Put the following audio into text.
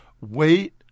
Wait